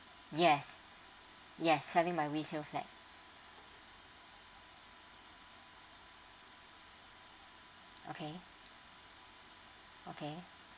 yes yes having my resale flat okay okay